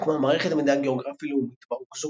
הוקמה מערכת מידע גאוגרפי לאומית בה רוכזו